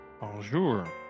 Bonjour